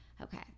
Okay